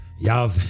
Y'all